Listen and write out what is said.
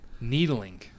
Needling